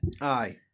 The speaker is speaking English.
Aye